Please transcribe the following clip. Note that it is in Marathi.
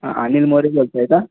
अनिल मोरे बोलत आहे का